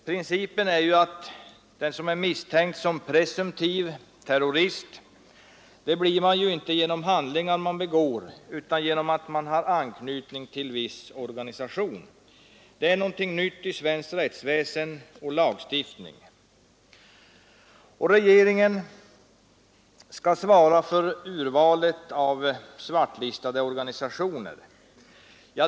Principen är ju att man blir misstänkt som presumtiv terrorist inte genom handlingar man begår utan genom att man har anknytning till viss organisation. Det är något helt nytt i svenskt rättsväsen och svensk lagstiftning. Regeringen skall svara för urvalet av svartlistade organisationer.